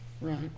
Right